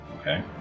okay